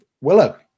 Willow